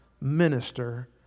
minister